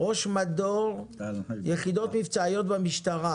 ראש מדור יחידות מבצעיות במשטרה.